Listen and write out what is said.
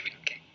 okay